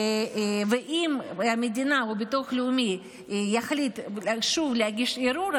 ואם המדינה או ביטוח לאומי יחליטו שוב להגיש ערעור,